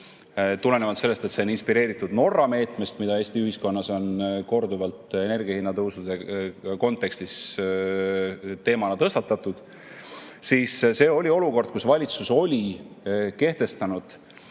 tulenevalt sellest, et see on inspireeritud Norra meetmest, mida Eesti ühiskonnas on korduvalt energiahinnatõusu kontekstis teemana tõstatatud, oli olukord, kus valitsus oli kehtestanud